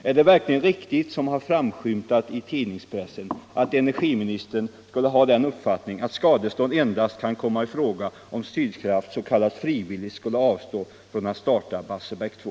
Är det verkligen riktigt som har framskymtat i tidningspressen att energiministern skulle ha den uppfattningen att skadestånd endast kan komma i fråga om Sydkralt så att säga frivilligt skulle avstå från att starta Barsebäck 2?